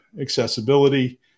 accessibility